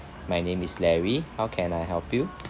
my name is larry how can I help you